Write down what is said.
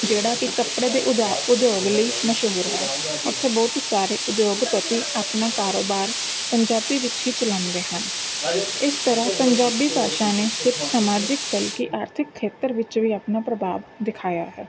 ਜਿਹੜਾ ਕਿ ਕੱਪੜੇ ਦੇ ਉਦਾ ਉਦਯੋਗ ਲਈ ਮਸ਼ਹੂਰ ਹੈ ਉੱਥੇ ਬਹੁਤ ਸਾਰੇ ਉਦਯੋਗਪਤੀ ਆਪਣਾ ਕਾਰੋਬਾਰ ਪੰਜਾਬੀ ਵਿੱਚ ਹੀ ਚਲਾਉਂਦੇ ਹਨ ਇਸ ਤਰ੍ਹਾਂ ਪੰਜਾਬੀ ਭਾਸ਼ਾ ਨੇ ਸਿਰਫ਼ ਸਮਾਜਿਕ ਬਲਕਿ ਆਰਥਿਕ ਖੇਤਰ ਵਿੱਚ ਵੀ ਆਪਣਾ ਪ੍ਰਭਾਵ ਦਿਖਾਇਆ ਹੈ